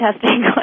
testing